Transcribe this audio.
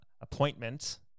appointment